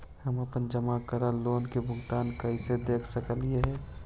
हम अपन जमा करल लोन के भुगतान कैसे देख सकली हे?